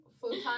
full-time